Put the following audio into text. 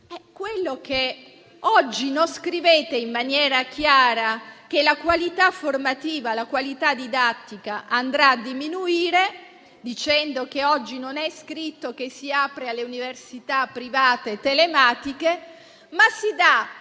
contrario? Oggi non scrivete in maniera chiara che la qualità formativa e didattica andrà a diminuire (perché oggi non è scritto che si apre alle università private telematiche) ma si dà